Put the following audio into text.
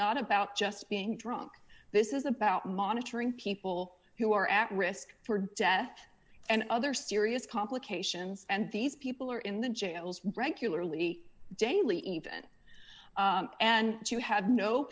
not about just being drunk this is about monitoring people who are at risk for death and other serious complications and these people are in the jails regularly daily event and you had no